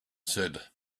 said